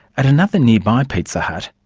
at another nearby pizza hut,